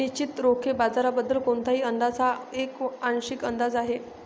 निश्चितच रोखे बाजाराबद्दल कोणताही अंदाज हा एक आंशिक अंदाज आहे